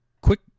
Quick